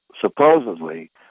supposedly